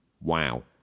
wow